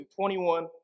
21